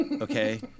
okay